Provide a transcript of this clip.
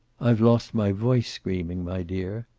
i've lost my voice screaming, my dear.